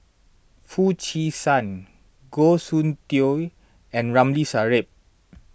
Foo Chee San Goh Soon Tioe and Ramli Sarip